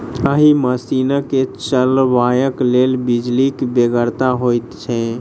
एहि मशीन के चलयबाक लेल बिजलीक बेगरता होइत छै